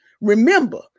remember